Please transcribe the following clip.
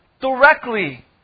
directly